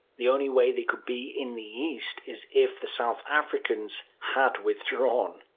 the only way they'd could be in the east is if the south africans had withdrawn.